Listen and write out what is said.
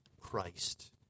Christ